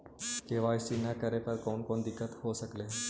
KYC न करे पर कौन कौन दिक्कत हो सकले हे?